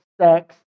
sex